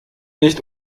nicht